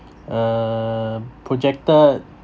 uh projected